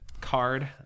card